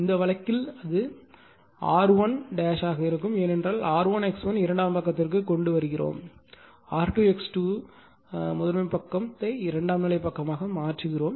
இந்த வழக்கில் அது அது R1 ஆக இருக்கும் ஏனென்றால் R1 X1 இரண்டாம் பக்கத்திற்கு கொண்டு செல்கிறோம் R2 X2 அல்ல முதன்மை பக்கத்தை இரண்டாம் நிலை பக்கமாக மாற்றுகிறோம்